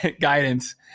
guidance